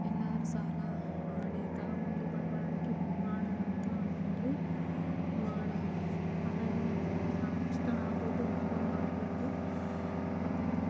ಎಲ್ಲದರೂ ಸಾಲ ಮಾಡಿ ತಗೊಂಡ್ಬಂದು ಬಂಡವಾಳ ಹಾಕಿ ಮಾಡೋಣ ಅಂತ ಅಂದರೂ ಮಾಡೋ ಅದರಾಗ ನಾನು ನಷ್ಟವೂ ಆಗ್ಬೋದು ಲಾಭವೂ ಆಗ್ಬೋದು ಮತ್ತು